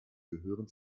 gehören